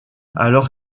alors